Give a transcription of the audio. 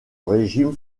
régime